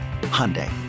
Hyundai